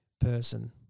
person